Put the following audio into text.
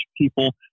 people